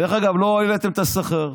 דרך אגב, לא העליתם את השכר,